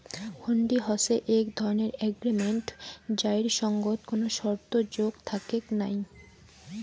হুন্ডি হসে এক ধরণের এগ্রিমেন্ট যাইর সঙ্গত কোনো শর্ত যোগ থাকেক নাই